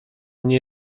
nie